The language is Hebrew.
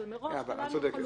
אז מראש -- אנחנו